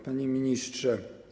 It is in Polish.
Panie Ministrze!